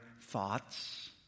thoughts